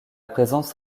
présence